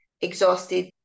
exhausted